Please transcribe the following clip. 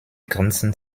grenzen